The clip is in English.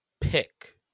pick